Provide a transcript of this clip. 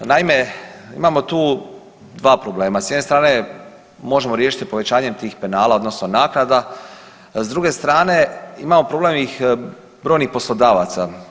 Naime, imamo tu dva problema, s jedne strane možemo riješiti povećanjem tih penala odnosno naknada, a s druge strane imamo problem i brojnih poslodavaca.